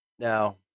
Now